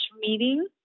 meeting